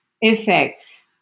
effects